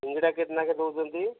ସିଙ୍ଗିଡ଼ା କେତେ ଲେଖାଏଁ ଦଉଛନ୍ତି